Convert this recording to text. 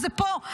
וזה פה,